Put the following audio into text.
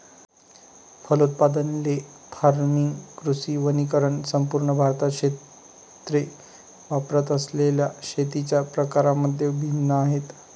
फलोत्पादन, ley farming, कृषी वनीकरण संपूर्ण भारतात क्षेत्रे वापरत असलेल्या शेतीच्या प्रकारांमध्ये भिन्न आहेत